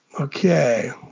okay